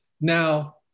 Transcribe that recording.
Now